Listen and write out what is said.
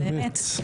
באמת,